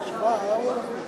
רק הוא.